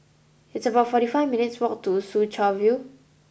it's about forty five minutes' walk to Soo Chow View